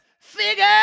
figure